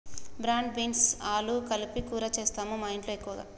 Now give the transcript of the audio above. broad beans ఆలు కలిపి కూర చేస్తాము మాఇంట్లో ఎక్కువగా